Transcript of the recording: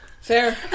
Fair